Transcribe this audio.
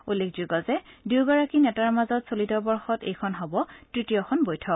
উল্লেখযোগ্য যে দুয়োগৰাকী নেতাৰ মাজত চলিত বৰ্ষত এইখন হ'ব তৃতীয়খন বৈঠক